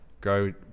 go